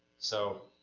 so,